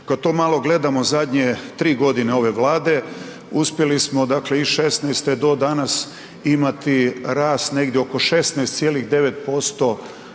Kad to malo gledamo zadnje 3 godine ove Vlade, uspjeli smo dakle i 16. do danas imati rast negdje oko 16,9%